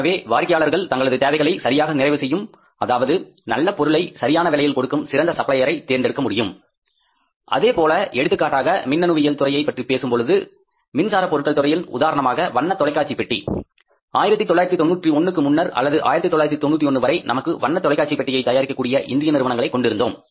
எனவே வாடிக்கையாளர்கள் தங்களது தேவையை சரியாக நிறைவு செய்யும் அதாவது நல்ல பொருளை சரியான விலையில் கொடுக்கும் சிறந்த சப்ளையர் ஐ தேர்ந்தெடுக்க முடியும் அதேபோல எடுத்துக்காட்டாக மின்னணுவியல் துறையைப் பற்றி பேசும் பொழுது மின்சார பொருட்கள் துறையில் உதாரணமாக வண்ண தொலைக்காட்சி பெட்டி 1991 க்கு முன்னர் அல்லது 1991 வரை நமக்கு வண்ணத் தொலைக்காட்சி பெட்டியை தயாரிக்க கூடிய இந்திய நிறுவனங்களை கொண்டிருந்தோம்